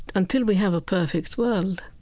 until we have a perfect world,